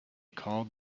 called